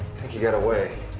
think he got away.